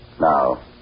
Now